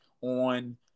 on